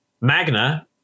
Magna